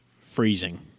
freezing